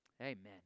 Amen